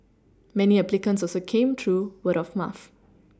many applicants also came through word of mouth